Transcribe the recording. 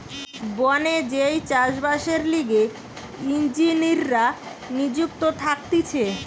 বনে যেই চাষ বাসের লিগে ইঞ্জিনীররা নিযুক্ত থাকতিছে